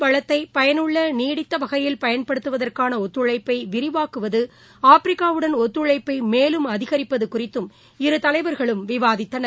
வளத்தைபயனுள்ளநீடித்தவகையில் பயன்படுத்துவதற்கானஒத்துழைப்பைவிரிவாக்குவது கடல் ஆப்பிரிக்காவுடன் ஒத்துழைப்பைமேலும் அதிகரிப்பதுகுறித்தும் இருதலைவர்களும் விவாதித்தனர்